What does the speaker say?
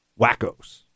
wackos